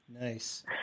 Nice